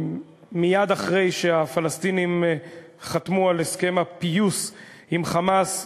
מייד אחרי שהפלסטינים חתמו על הסכם הפיוס עם "חמאס",